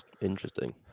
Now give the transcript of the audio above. Interesting